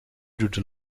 duurde